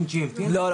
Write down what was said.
לא.